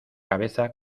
cabeza